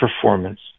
performance